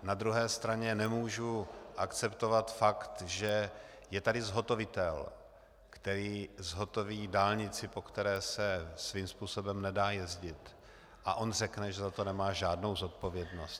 Na druhé straně nemohu akceptovat fakt, že je tady zhotovitel, který zhotoví dálnici, po které se svým způsobem nedá jezdit, a on řekne, že za to nemá žádnou zodpovědnost.